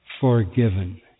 forgiven